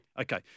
Okay